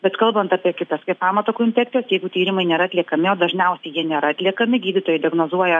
bet kalbant apie kitas kvėpavimo takų infekcijas jeigu tyrimai nėra atliekami o dažniausiai jie nėra atliekami gydytojai diagnozuoja